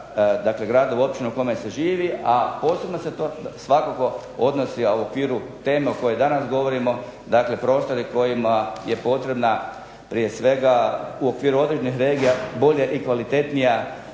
dakle gradova i općina u kojima se živi, a posebno se to svakako odnosi, a u okviru teme o kojoj danas govorimo, dakle prostori kojima je potrebna prije svega u okviru određenih regija bolja i kvalitetnija